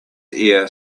ear